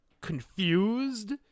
confused